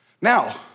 Now